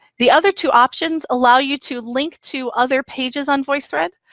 the other two options allow you to link to other pages on voicethread,